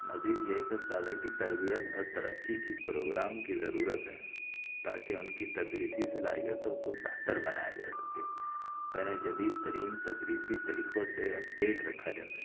مزید یہ کہ اساتذہ کی تربیت اور ترقی کی پروگرام کی ضرورت ہے تاکہ ان کی تدریسی صلاحیتوں کو بہتر بنایا جا سکے اور انہیں جدیدترین تدریسی طریقوں سے اپڈیٹ رکھا جا سکے